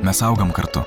mes augam kartu